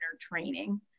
training